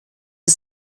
des